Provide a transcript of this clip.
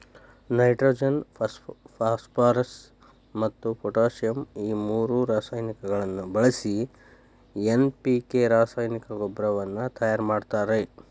nitrogen phosphorus ಮತ್ತ್ potassium ಈ ಮೂರು ರಾಸಾಯನಿಕಗಳನ್ನ ಬಳಿಸಿ ಎನ್.ಪಿ.ಕೆ ರಾಸಾಯನಿಕ ಗೊಬ್ಬರವನ್ನ ತಯಾರ್ ಮಾಡ್ತಾರ